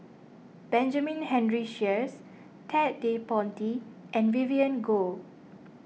Benjamin Henry Sheares Ted De Ponti and Vivien Goh